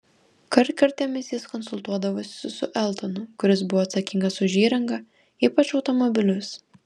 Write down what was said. kartkartėmis jis konsultuodavosi su eltonu kuris buvo atsakingas už įrangą ypač automobilius